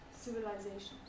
civilizations